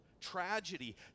tragedy